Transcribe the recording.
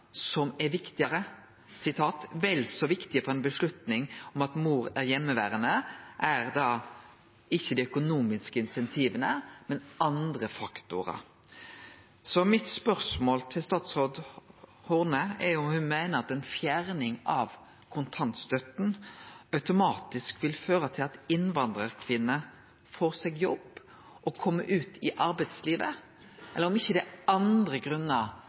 som er viktigare. I rapporten kan me lese at vel så viktig som dei økonomiske incentiva for ei avgjerd om at ei mor er heimeverande, er andre faktorar. Mitt spørsmål til statsråd Horne er om ho meiner at ei fjerning av kontantstøtta automatisk vil føre til at innvandrarkvinner får seg jobb og kjem seg ut i arbeidslivet, eller om det ikkje er andre grunnar